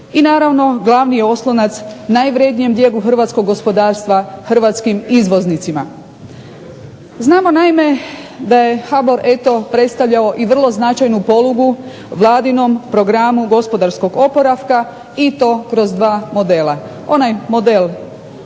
I naravno glavni je oslonac najvrednijem ... hrvatskog gospodarstva hrvatskim izvoznicima. Znamo naime da je HBOR predstavljao i vrlo značajnu polugu vladinom programu gospodarskog oporavka i to kroz dva modela.